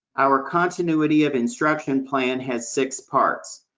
our continuity of instruction plan has six parts.